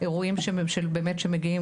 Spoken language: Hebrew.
אירועים שמגיעים